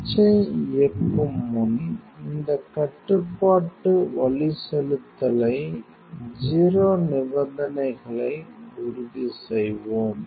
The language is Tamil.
சுவிட்சை இயக்கும் முன் இந்த கட்டுப்பாட்டு வழிசெலுத்தலை 0 நிபந்தனைகளை உறுதி செய்வோம்